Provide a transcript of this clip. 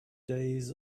days